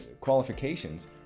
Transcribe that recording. qualifications